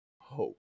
Hope